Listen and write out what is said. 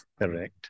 Correct